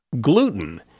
Gluten